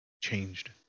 Changed